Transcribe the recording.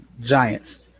Giants